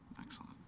Excellent